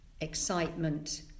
excitement